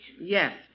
Yes